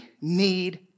need